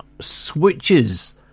Switches